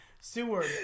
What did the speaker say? Seward